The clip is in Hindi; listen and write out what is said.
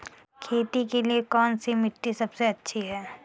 खेती के लिए कौन सी मिट्टी सबसे अच्छी है?